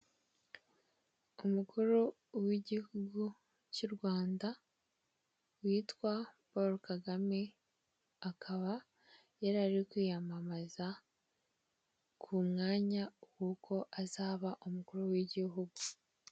Umukuru w'igihugu cy'u Rwanda witwa Paul Kagame akaba yarari kwiyamamaza ku mwanya wuko azaba umukuru w'igihugu.